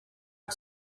had